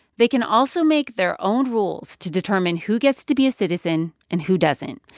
they can also make their own rules to determine who gets to be a citizen and who doesn't.